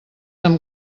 amb